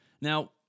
Now